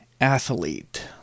athlete